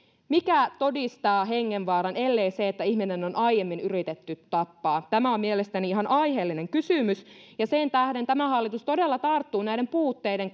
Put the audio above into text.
mikä todistaa hengenvaaran ellei se että ihminen on aiemmin yritetty tappaa tämä on mielestäni ihan aiheellinen kysymys ja sen tähden tämä hallitus todella tarttuu näiden puutteiden